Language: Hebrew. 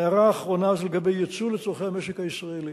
ההערה האחרונה זה לגבי ייצוא וצורכי המשק הישראלי.